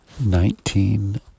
Nineteen